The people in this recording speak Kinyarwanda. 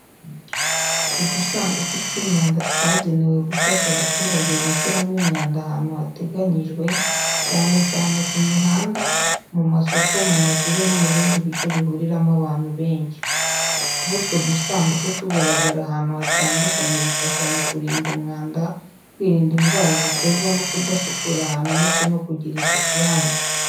Udusanduku tw’imyanda twagenewe gufasha abaturage gushyiramo imyanda ahantu hateganyijwe, cyane cyane ku mihanda, mu masoko, mu mashuri no mu bindi bice bihuriramo abantu benshi. Kuba utwo dusanduku tugaragara ahantu hatandukanye bifasha mu kurinda umwanda, kwirinda indwara ziterwa no kudasukura ahantu ndetse no kugira isuku ihamye.